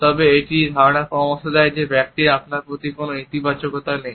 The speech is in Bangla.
তবে এটি এই ধারণার পরামর্শ দেয় যে ব্যক্তির আপনার প্রতি কোনও ইতিবাচকতা নেই